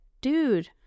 dude